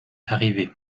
arrivé